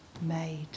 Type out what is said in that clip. made